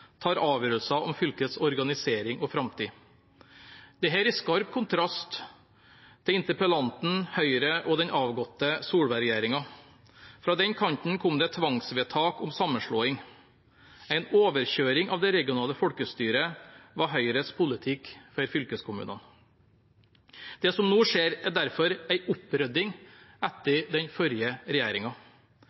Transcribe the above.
tar avgjørelser om fylkets organisering og framtid. Dette står i skarp kontrast til interpellanten, Høyre og den avgåtte Solberg-regjeringen. Fra den kanten kom det tvangsvedtak om sammenslåing. En overkjøring av det regionale folkestyret var Høyres politikk for fylkeskommunene. Det som nå skjer, er derfor en opprydding etter den forrige